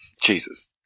Jesus